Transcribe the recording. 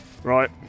Right